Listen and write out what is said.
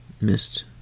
missed